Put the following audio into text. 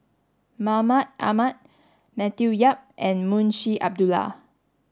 Mahmud Ahmad Matthew Yap and Munshi Abdullah